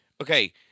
Okay